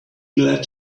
glad